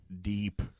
deep